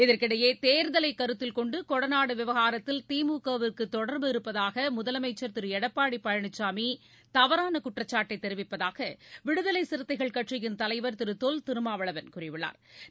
இதற்கிடையே தேர்தலை கருத்தில் கொண்டு கொடநாடு விவகாரத்தில் திமுகவுக்கு தொடர்பு இருப்பதாக முதலமைச்ச் திரு எடப்பாடி பழனிசாமி தவறான குற்றச்சாட்டை தெரிவிப்பதாக விடுதலை சிறுத்தைகள் கட்சியின் தலைவா் திரு தொல் திருமாவளவன் கூறியுள்ளாா்